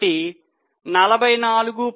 కాబట్టి 44